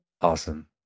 awesome